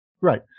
Right